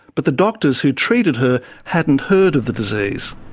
but the doctors who treated her hadn't heard of the disease.